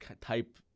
type